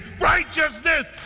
righteousness